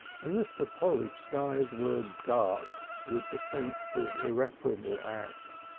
and mr. polly's skies were dark with the sense of irreparable acts.